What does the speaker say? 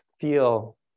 feel